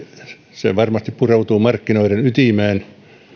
se varmasti pureutuu markkinoiden ytimeen